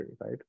right